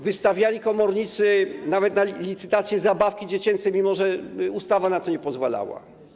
Wystawiali komornicy nawet na licytację zabawki dziecięce, mimo że ustawa na to nie pozwalała.